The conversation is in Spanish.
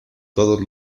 todos